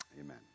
amen